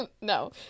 No